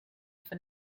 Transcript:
for